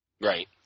Right